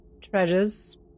treasures